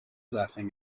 laughing